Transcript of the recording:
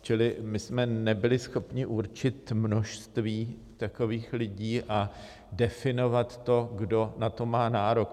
Čili my jsme nebyli schopni určit množství takových lidí a definovat to, kdo na to má nárok.